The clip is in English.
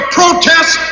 protest